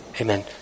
Amen